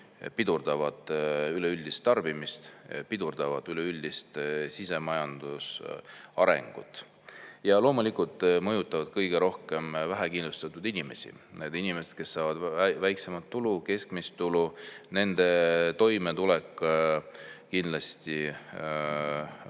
pidurdavad üleüldist tarbimist, pidurdavad üleüldist sisemajanduse arengut. Ja loomulikult mõjutavad need kõige rohkem vähekindlustatud inimesi. Nendel inimestel, kes saavad väikest või keskmist tulu, toimetulek kindlasti muutub